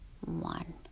one